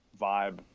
vibe